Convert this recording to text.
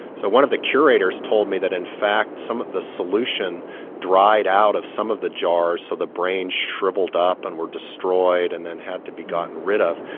so one of the curators told me that in fact some of the solution dried out of some of the jars so the brains shrivelled up and were destroyed and then had to be gotten rid of.